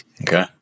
Okay